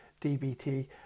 dbt